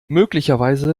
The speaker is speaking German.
möglicherweise